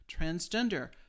transgender